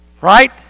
right